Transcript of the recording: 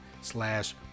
slash